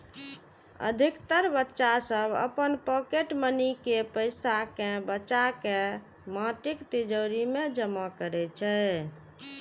अधिकतर बच्चा सभ अपन पॉकेट मनी के पैसा कें बचाके माटिक तिजौरी मे जमा करै छै